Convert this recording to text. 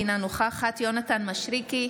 אינה נוכחת יונתן מישרקי,